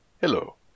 Hello